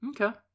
Okay